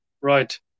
Right